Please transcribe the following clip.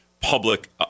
public